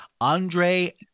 Andre